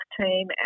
Team